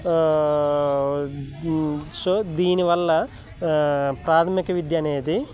so దీనివల్ల ప్రాథమిక విద్య అనేది